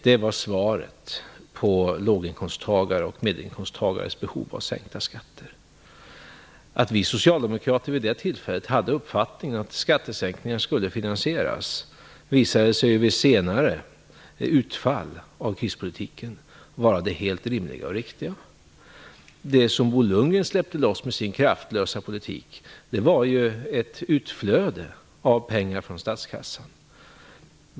Det var svaret på låg och medelinkomsttagares behov av sänkta skatter. Att vi socialdemokrater vid det tillfället hade uppfattningen att skattesänkningar skulle finansieras visade sig vid senare utfall av krispolitiken vara det helt rimliga och riktiga. Det som Bo Lundgren släppte loss med sin kraftlösa politik var ju ett utflöde av pengar från statskassan.